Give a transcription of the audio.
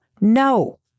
No